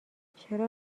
چرا